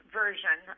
version